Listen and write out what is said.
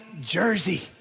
jersey